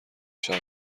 شود